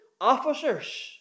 officers